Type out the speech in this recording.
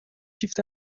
شیفت